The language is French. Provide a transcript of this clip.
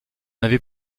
avait